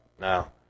Now